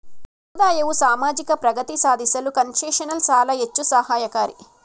ಸಮುದಾಯವು ಸಾಮಾಜಿಕ ಪ್ರಗತಿ ಸಾಧಿಸಲು ಕನ್ಸೆಷನಲ್ ಸಾಲ ಹೆಚ್ಚು ಸಹಾಯಕಾರಿ